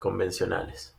convencionales